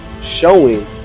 showing